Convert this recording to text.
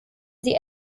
sie